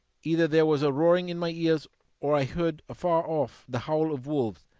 either there was a roaring in my ears or i heard afar off the howl of wolves.